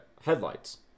headlights